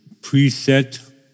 preset